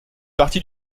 partie